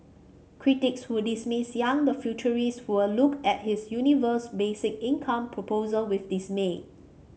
critics who dismiss Yang the futurist will look at his universal basic income proposal with dismay